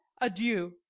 adieu